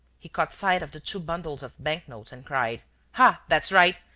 he caught sight of the two bundles of bank-notes and cried ah, that's right!